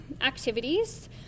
activities